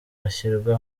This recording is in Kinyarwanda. byashyirwa